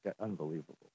unbelievable